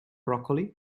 broccoli